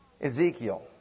Ezekiel